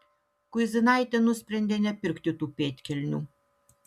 kuizinaitė nusprendė nepirkti tų pėdkelnių